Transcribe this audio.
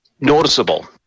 noticeable